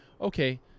Okay